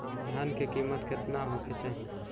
धान के किमत केतना होखे चाही?